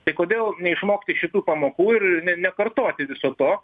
tai kodėl neišmokti šitų pamokų ir nekartoti viso to